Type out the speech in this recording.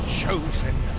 chosen